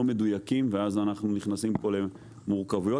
מדויקים ואז אנחנו נכנסים כאן למורכבויות.